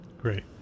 Great